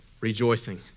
rejoicing